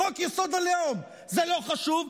בחוק-יסוד: הלאום זה לא חשוב,